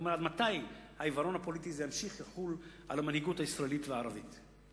עד מתי העיוורון הפוליטי הזה ימשיך לחול על המנהיגות הישראלית והערבית?